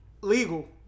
legal